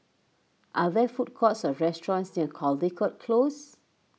are there food courts or restaurants near Caldecott Close